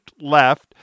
left